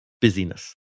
busyness